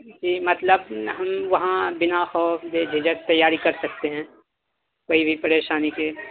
جی مطلب ہم وہاں بنا خوف بے جھجھک تیاری کر سکتے ہیں کوئی بھی پریشانی کے